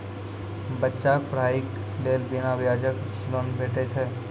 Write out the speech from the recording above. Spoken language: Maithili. बच्चाक पढ़ाईक लेल बिना ब्याजक लोन भेटै छै?